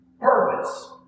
purpose